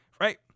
right